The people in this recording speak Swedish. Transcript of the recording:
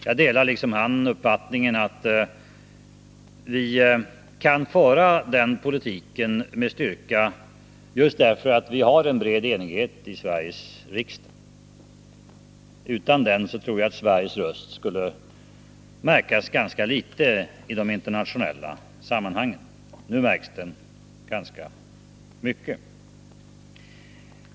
Jag delar vidare hans uppfattning att vi kan föra den politiken med styrka just därför att vi har en bred enighet i Sveriges riksdag. Utan den tror jag att Sveriges röst skulle märkas ganska litet i de internationella sammanhangen. Nu märks den ganska mycket.